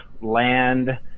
land